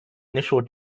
initial